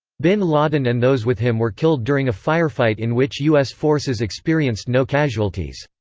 bin laden and those with him were killed during a firefight in which us forces experienced no casualties.